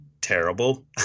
terrible